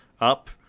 up